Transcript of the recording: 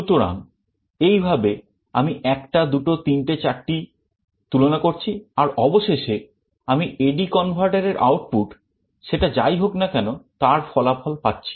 সুতরাং এইভাবে আমি একটা দুটো তিনটে চারটি তুলনা করছি আর অবশেষে আমি AD converter এর আউটপুট সেটা যাই হোক না কেন তার ফলাফল পাচ্ছি